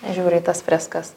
žiūri į tas freskas